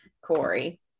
Corey